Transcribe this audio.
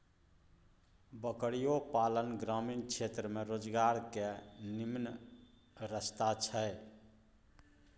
बकरियो पालन ग्रामीण क्षेत्र में रोजगार के निम्मन रस्ता छइ